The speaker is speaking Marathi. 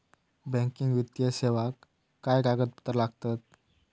बँकिंग वित्तीय सेवाक काय कागदपत्र लागतत?